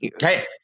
Hey